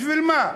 בשביל מה?